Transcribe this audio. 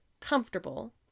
comfortable